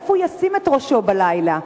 איפה הוא ישים את ראשו בלילה?